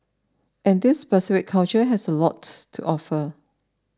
and this specific culture has a lots to offer